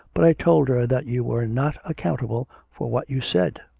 but i told her that you were not accountable for what you said